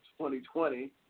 2020